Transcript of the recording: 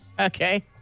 Okay